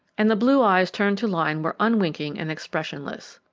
and the blue eyes turned to lyne were unwinking and expressionless.